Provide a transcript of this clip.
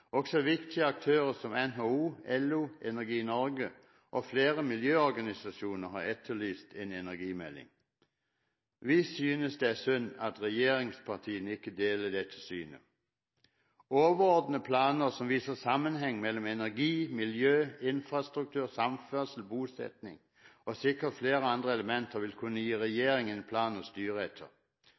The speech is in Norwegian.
Også viktige aktører som NHO, LO, Energi Norge og flere miljøvernorganisasjoner har etterlyst en energimelding. Vi synes det er synd at regjeringspartiene ikke deler dette synet. Overordnede planer som viser sammenhengen mellom energi, miljø, infrastruktur, samferdsel, bosetting og sikkert flere andre elementer ville kunne gi regjeringen en plan å styre etter.